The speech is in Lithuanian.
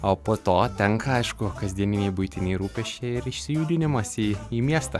o po to tenka aišku kasdieniniai buitiniai rūpesčiai ir išsijudinimas į į miestą